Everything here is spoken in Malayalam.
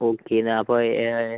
ഓക്കെ ഇതു അപ്പോൾ